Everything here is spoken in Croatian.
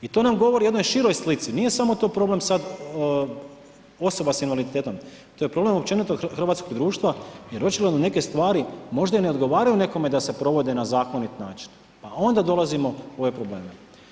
I to nam govorio jednoj široj slici, nije samo to problem sad osoba sa invaliditetom, to je problem općenito hrvatskog društva jer očigledno neke stvari možda i ne odgovaraju nekome da se provode na zakonit način, pa onda dolazimo u ove probleme.